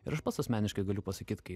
ir aš pats asmeniškai galiu pasakyt kai